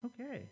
Okay